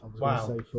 Wow